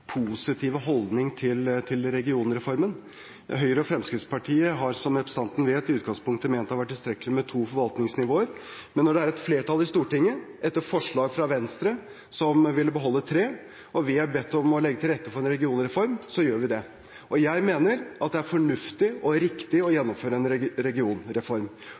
positive holdning til regionreformen. Høyre og Fremskrittspartiet har – som representanten Håheim vet – i utgangspunktet ment at det har vært tilstrekkelig med to forvaltningsnivåer, men når det er et flertall i Stortinget, etter forslag fra Venstre, som ville beholde tre, og vi er blitt bedt om å legge til rette for en regionreform, så gjør vi det. Jeg mener det er fornuftig og riktig å gjennomføre en regionreform.